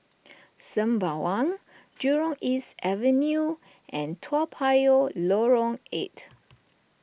Sembawang Jurong East Avenue and Toa Payoh Lorong eight